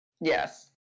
yes